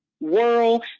world